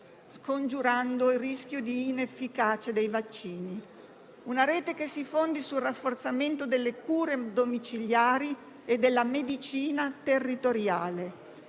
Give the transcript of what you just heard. scongiurando il rischio di inefficacia dei vaccini; una rete che si fondi sul rafforzamento delle cure domiciliari e della medicina territoriale.